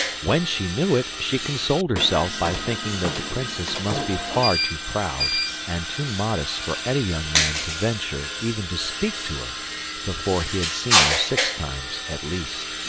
when she knew it, she consoled herself by thinking that the princess must be far too proud and too modest for any young man to venture even to speak to her before he had seen her six times at least.